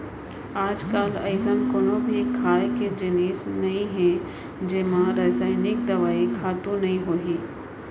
आजकाल अइसन कोनो भी खाए के जिनिस नइ हे जेमा रसइनिक दवई, खातू नइ होही